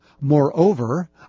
Moreover